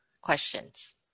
questions